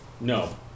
no